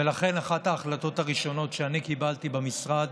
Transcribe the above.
ולכן אחת ההחלטות הראשונות שאני קיבלתי במשרד